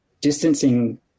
distancing